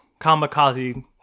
Kamikaze